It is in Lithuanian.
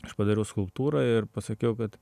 aš padariau skulptūrą ir pasakiau kad